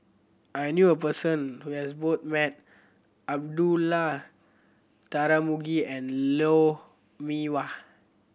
I knew a person who has both met Abdullah Tarmugi and Lou Mee Wah